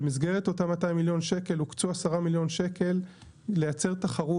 במסגרת אותם 200 מיליון ₪ הוקצו 10 מיליון ₪ לייצר תחרות.